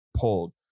pulled